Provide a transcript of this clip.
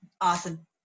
awesome